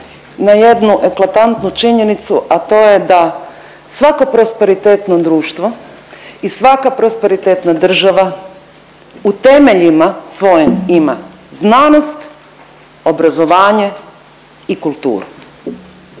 na jednu eklatantnu činjenicu, a to je da svako prosperitetno društvo i svaka prosperitetna država u temeljima svojim ima znanost, obrazovanje i kulturu.